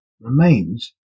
remains